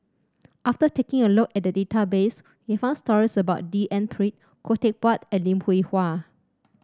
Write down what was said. after taking a look at the database we found stories about D N Pritt Khoo Teck Puat and Lim Hwee Hua